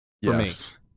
Yes